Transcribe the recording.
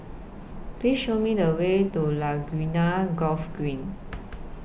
Please Show Me The Way to Laguna Golf Green